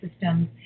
systems